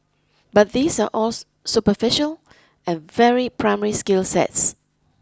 but these are all superficial and very primary skill sets